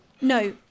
No